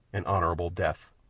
and honourable death.